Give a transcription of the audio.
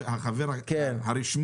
הם חלק